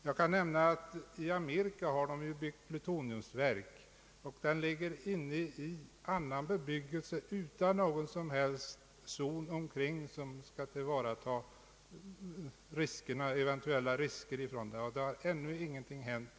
Jag kan nämna att man i Amerika har byggt plutoniumverk inne i annan bebyggelse, utan någon omkringliggande zon för att motverka eventuella risker. Inom dessa områden har ännu ingenting hänt.